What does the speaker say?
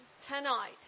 tonight